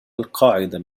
القاعدة